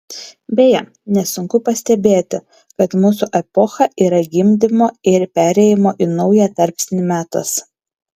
beje nesunku pastebėti kad mūsų epocha yra gimdymo ir perėjimo į naują tarpsnį metas